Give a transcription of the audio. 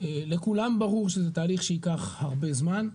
לכולם ברור שזה תהליך שייקח הרבה זמן.